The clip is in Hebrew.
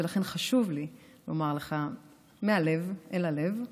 לכן חשוב לי לומר לך מהלב אל הלב תודה,